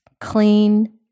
clean